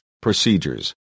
procedures